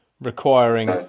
requiring